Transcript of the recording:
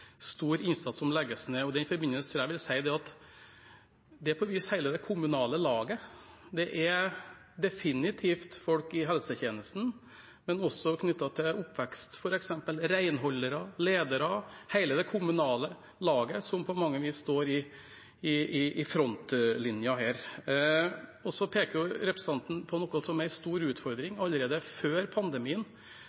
stor innsats som legges ned. I den forbindelse tror jeg jeg vil si at det gjelder på et vis hele det kommunale laget. Det gjelder definitivt folk i helsetjenesten, men det er også knyttet til f.eks. oppvekst, renholdere og ledere – hele det kommunale laget som på mange vis står i frontlinjen her. Så peker representanten på noe som er en stor utfordring.